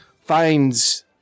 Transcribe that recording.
finds